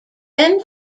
then